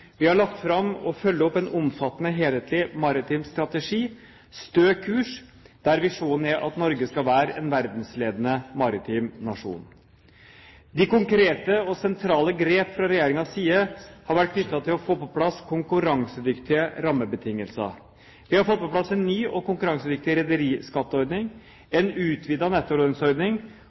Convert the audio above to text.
Vi har lagt fram og følger opp en omfattende helhetlig maritim strategi, «Stø kurs», der visjonen er at Norge skal være en verdensledende maritim nasjon. De konkrete og sentrale grep fra regjeringens side har vært knyttet til å få på plass konkurransedyktige rammebetingelser. Vi har fått på plass en ny og konkurransedyktig rederiskatteordning, en